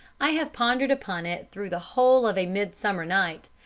i have pondered upon it through the whole of a mid-summer night,